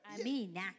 Amina